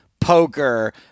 poker